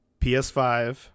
ps5